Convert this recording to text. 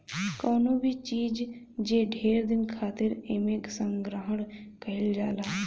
कवनो भी चीज जे ढेर दिन खातिर एमे संग्रहण कइल जाला